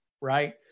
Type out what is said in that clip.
right